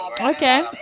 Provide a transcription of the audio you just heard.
Okay